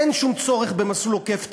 אין שום צורך במסלול עוקף תכנון,